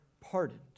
pardoned